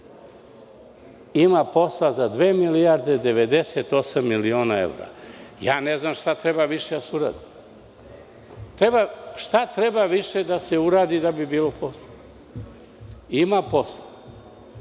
ima posla za 2 milijarde 98 miliona evra. Ne znam šta više treba da se uradi. Šta treba više da se uradi da bi bilo posla? Ima posla